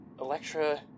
Electra